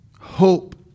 Hope